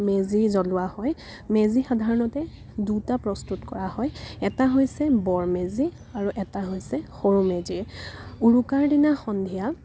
মেজি জ্বলোৱা হয় মেজি সাধাৰণতে দুটা প্ৰস্তুত কৰা হয় এটা হৈছে বৰ মেজি আৰু এটা হৈছে সৰু মেজি উৰুকাৰ দিনা সন্ধিয়া